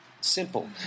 Simple